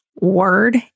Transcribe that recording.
word